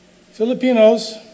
Filipinos